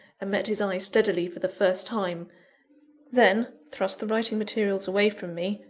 and met his eye steadily for the first time then, thrust the writing materials away from me,